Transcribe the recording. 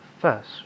first